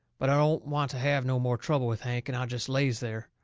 but i don't want to have no more trouble with hank, and i jest lays there.